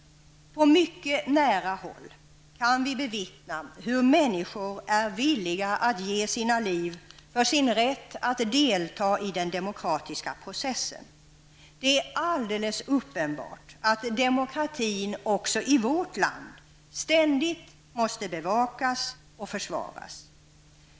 På mycket nära håll kan vi bevittna hur människor är villiga att ge sina liv för sin rätt att delta i den demokratiska processen. Det är alldeles uppenbart att demokratin också i vårt land ständigt måste bevakas och försvaras.